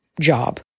job